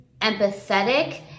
empathetic